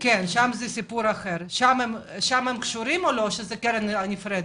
שם הם קשורים או שזו קרן נפרדת?